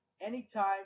anytime